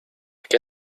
què